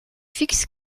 fixe